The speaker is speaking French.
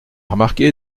remarqué